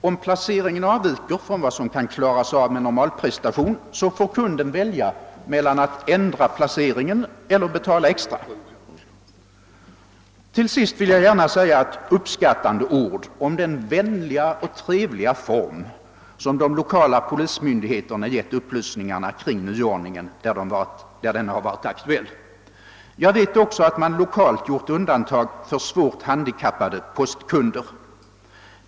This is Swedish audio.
Om placeringen avviker från vad som kan klaras av med normalprestation får kunden välja mellan att ändra placeringen eller betala extra. Till sist vill jag bara säga några uppskattande ord om den vänliga och trevliga form som de lokala postmyndigheterna givit upplysningarna om nyordningen där denna varit aktuell. Jag vet också att man lokalt gjort undantag för svårt handikappade postkunder.